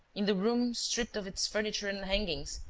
in the room stripped of its furniture and hangings,